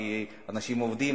כי אנשים עובדים,